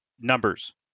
Numbers